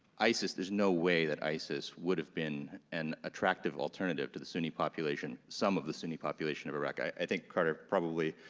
isis, there's no way that isis would have been an attractive alternative to the sunni population, some of the sunni population of iraq. i think carter probably,